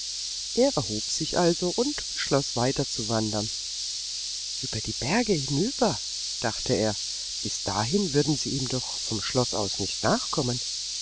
er erhob sich also und beschloß weiterzuwandern über die berge hinüber dachte er bis dahin würden sie ihm doch vom schloß aus nicht nachkommen